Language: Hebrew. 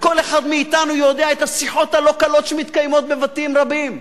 וכל אחד מאתנו יודע את השיחות הלא-קלות שמתקיימות בבתים רבים.